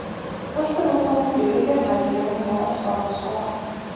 aš turiu automobilį ir radiją namie už tokią sumą